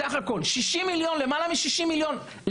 בסך הכול תקציב של יותר מ-60 מיליון שקל,